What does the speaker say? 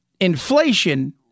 inflation